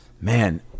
Man